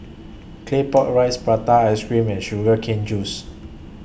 Claypot Rice Prata Ice Cream and Sugar Cane Juice